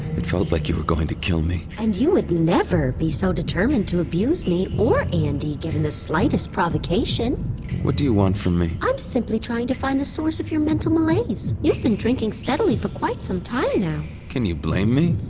it felt like you were going to kill me and you would never be so determined to abuse me or andi given the slightest provocation what do you want from me? i'm simply trying to find the source of your mental malaise. you've been drinking steadily for quite some time now can you blame me?